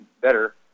better